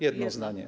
Jedno zdanie.